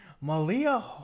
Malia